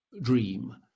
dream